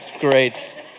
great